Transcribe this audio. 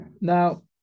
now